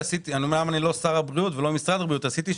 אמנם אני לא שר הבריאות ולא משרד הבריאות אבל עשיתי בהילל יפה.